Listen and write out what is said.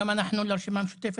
גם אנחנו לרשימה המשותפת,